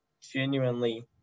genuinely